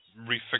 refix